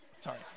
sorry